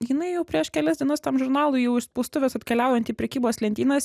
jinai jau prieš kelias dienas tam žurnalui jau iš spaustuvės atkeliaujant į prekybos lentynas